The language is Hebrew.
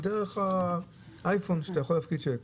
דרך האייפון אתה יכול להפקיד צ'ק.